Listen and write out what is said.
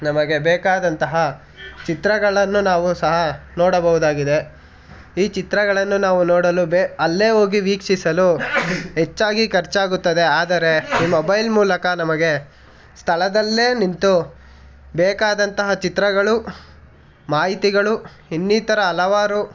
ನಮಗೆ ಬೇಕಾದಂತಹ ಚಿತ್ರಗಳನ್ನು ನಾವೂ ಸಹ ನೋಡಬೋದಾಗಿದೆ ಈ ಚಿತ್ರಗಳನ್ನು ನಾವು ನೋಡಲು ಬೆ ಅಲ್ಲೇ ಹೋಗಿ ವೀಕ್ಷಿಸಲು ಹೆಚ್ಚಾಗಿ ಖರ್ಚಾಗುತ್ತದೆ ಆದರೆ ಮೊಬೈಲ್ ಮೂಲಕ ನಮಗೆ ಸ್ಥಳದಲ್ಲೇ ನಿಂತು ಬೇಕಾದಂತಹ ಚಿತ್ರಗಳು ಮಾಹಿತಿಗಳು ಇನ್ನಿತರ ಹಲವಾರು